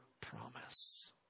promise